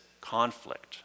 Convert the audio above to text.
conflict